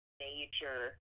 major